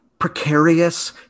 precarious